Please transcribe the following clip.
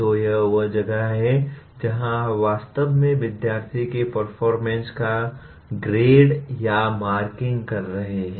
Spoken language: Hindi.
तो यह वह जगह है जहां आप वास्तव में विद्यार्थी के परफॉरमेंस को ग्रेड या मार्किंग कर रहे हैं